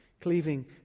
Cleaving